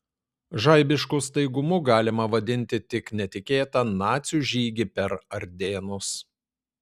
žaibišku staigumu galima vadinti tik netikėtą nacių žygį per ardėnus